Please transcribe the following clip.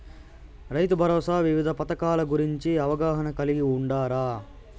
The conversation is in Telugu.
రైతుభరోసా వివిధ పథకాల గురించి అవగాహన కలిగి వుండారా?